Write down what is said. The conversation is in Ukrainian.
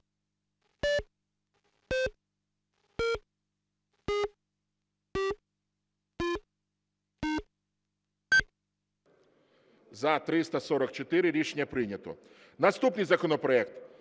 За – 344 Рішення прийнято. Наступний законопроект